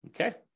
Okay